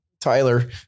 Tyler